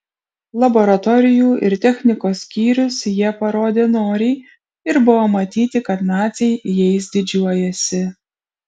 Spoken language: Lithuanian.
laboratorijų ir technikos skyrius jie parodė noriai ir buvo matyti kad naciai jais didžiuojasi